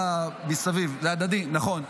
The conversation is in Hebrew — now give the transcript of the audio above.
זה הדדי, נכון.